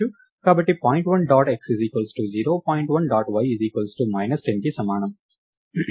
కాబట్టి point 1 dot x 0 point 1 dot y minus 10కి సమానం